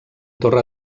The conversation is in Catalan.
torre